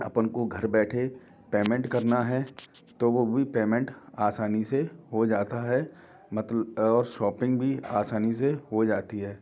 अपन को घर बैठे पैमेंट करना है तो वह भी पेमेंट आसानी से हो जाता है और शॉपिंग भी आसानी से हो जाती है